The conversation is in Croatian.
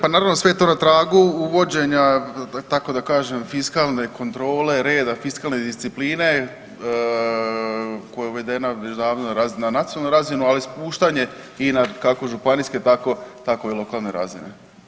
Pa naravno, sve je to na tragu uvođenja, tako da kažem fiskalne kontrole, reda, fiskalne discipline, koja je uvedena već davno na nacionalnu razinu, ali spuštanje i na kako županijske, tako i lokalne razine.